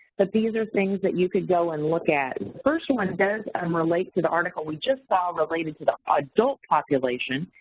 but these are things that you can go and look at. first one does um relate to the article we just saw related to the adult population,